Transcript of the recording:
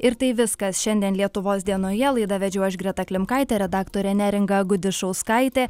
ir tai viskas šiandien lietuvos dienoje laidą vedžiau aš greta klimkaitė redaktorė neringa gudišauskaitė